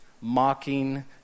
mocking